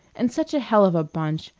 and such a hell of a bunch.